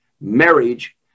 marriage